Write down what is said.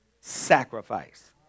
sacrifice